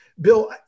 Bill